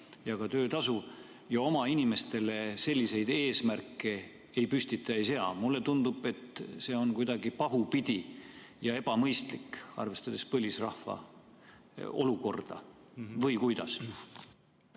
töötasu, aga oma inimeste puhul selliseid eesmärke ei püstita, ei sea? Mulle tundub, et see on kuidagi pahupidi ja ebamõistlik, arvestades põlisrahva olukorda. Või kuidas?